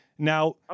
Now